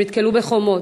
הם נתקלו בחומות.